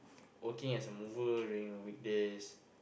working as a mover during the weekdays